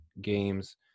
games